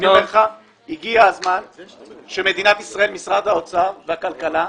הגיע הזמן שמדינת ישראל, משרד האוצר ומשרד הכלכלה,